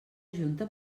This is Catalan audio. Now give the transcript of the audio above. junta